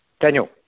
Daniel